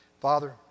Father